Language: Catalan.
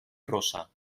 rossa